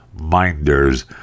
minders